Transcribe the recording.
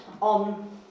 on